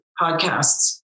podcasts